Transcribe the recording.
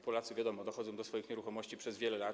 Polacy, wiadomo, dochodzą do swoich nieruchomości przez wiele lat.